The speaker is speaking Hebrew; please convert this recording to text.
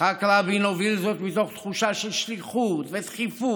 יצחק רבין הוביל זאת מתוך תחושה של שליחות ודחיפות.